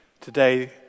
today